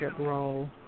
role